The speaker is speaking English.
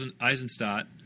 Eisenstadt